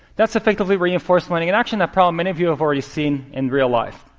that's effectively reinforced learning, an action that probably many of you have already seen in real life.